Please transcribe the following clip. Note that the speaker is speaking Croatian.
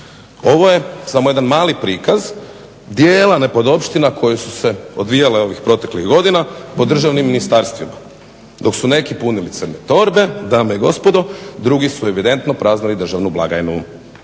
ovo je samo jedan mali prikaz dijela nepodopština koje su se odvijale ovih proteklih godina po državnim ministarstvima. Dok su neki punili crne torbe, dame i gospodo, drugi su evidentno praznili državnu blagajnu.